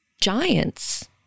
giants